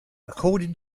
according